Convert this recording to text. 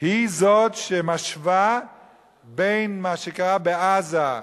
היא זו שמשווה בין מה שקרה בעזה,